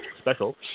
special